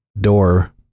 door